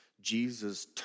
Jesus